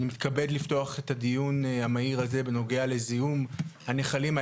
אני מתכבד לפתוח את הדיון המהיר הזה בנוגע לזיהום הנחלים,